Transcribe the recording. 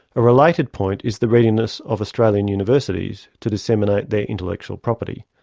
a related point is the readiness of australian universities to disseminate their intellectual property.